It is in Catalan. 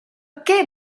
què